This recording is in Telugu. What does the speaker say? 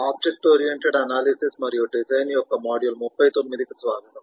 ఆబ్జెక్ట్ ఓరియెంటెడ్ అనాలిసిస్ మరియు డిజైన్ యొక్క మాడ్యూల్ 39 కు స్వాగతం